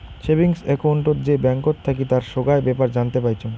savings account যে ব্যাঙ্কত থাকি তার সোগায় বেপার জানতে পাইচুঙ